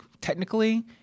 technically